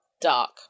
dark